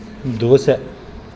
dosa